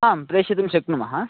आम् प्रेषयितुं शक्नुमः